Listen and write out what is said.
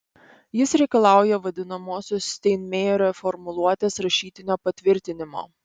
jis reikalauja vadinamosios steinmeierio formuluotės rašytinio patvirtinimo